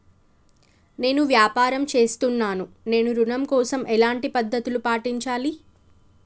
నేను వ్యాపారం చేస్తున్నాను నేను ఋణం కోసం ఎలాంటి పద్దతులు పాటించాలి?